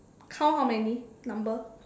count how many number